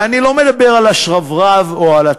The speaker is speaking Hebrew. ואני לא מדבר על השרברב או על הטכנאי,